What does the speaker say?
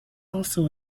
also